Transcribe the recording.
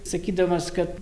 sakydamas kad